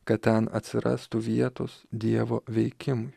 kad ten atsirastų vietos dievo veikimui